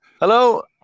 Hello